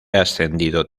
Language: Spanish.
ascendido